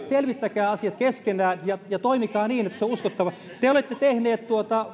selvittäkää asiat keskenänne ja ja toimikaa niin että se on uskottavaa te olette tehneet